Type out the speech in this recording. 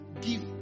give